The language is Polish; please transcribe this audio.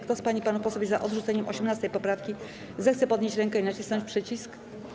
Kto z pań i panów posłów jest za odrzuceniem 18. poprawki, zechce podnieść rękę i nacisnąć przycisk.